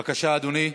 בבקשה, אדוני,